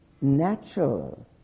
natural